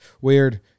Weird